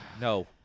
No